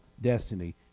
destiny